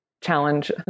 challenge